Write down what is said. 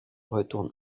retourne